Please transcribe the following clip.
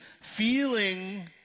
feeling